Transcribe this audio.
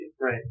Right